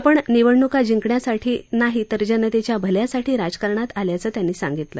आपण निवडणूका जिंकण्यासाठी नाही तर जनतेच्या भल्यासाठी राजकारणात आल्याचं त्यांनी सांगितलं